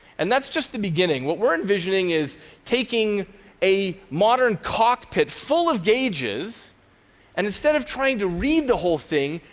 and that's just the beginning. what we're envisioning is taking a modern cockpit full of gauges and instead of trying to read the whole thing,